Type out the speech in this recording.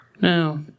No